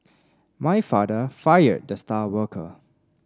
my father fired the star worker